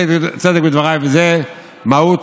צדק בדבריי, וזאת מהות